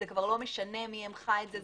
זה כבר לא משנה מי הנחה את זה,